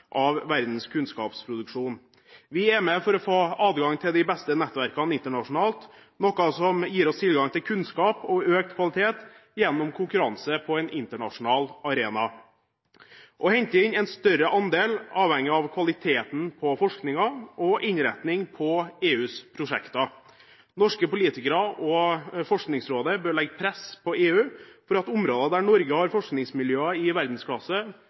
verdens kunnskapsproduksjon. Vi er med for å få adgang til de beste nettverkene internasjonalt, noe som gir oss tilgang til kunnskap og økt kvalitet gjennom konkurranse på en internasjonal arena. Å hente inn en større andel avhenger av kvaliteten på forskningen og innrettingen på EUs prosjekter. Norske politikere og Forskningsrådet bør legge press på EU for at områder der Norge har forskningsmiljøer i verdensklasse